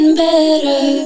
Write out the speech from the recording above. better